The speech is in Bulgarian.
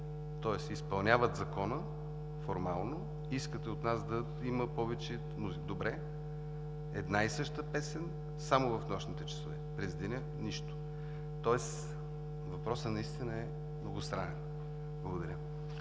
Тоест изпълняват закона формално – искате от нас да има повече музика, добре, една и съща песен само в нощните часове, през деня – нищо, тоест въпросът наистина е многостранен. Благодаря.